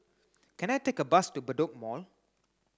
can I take a bus to Bedok Mall